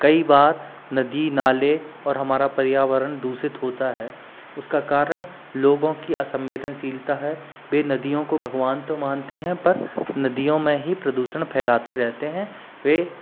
कई बार नदी नाले और हमारा पर्यावरण दूषित होता है उसका कारण लोगों की असंवेदनशीलता है वे नदियों को भगवान तो मानते हैं पर नदियों मे ही प्रदूसण फैलते रहते हैं वे